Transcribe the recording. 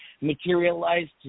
materialized